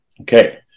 Okay